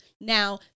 Now